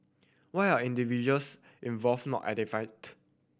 why are individuals involved not identified